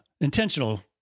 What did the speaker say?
intentional